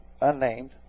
unnamed